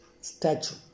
statue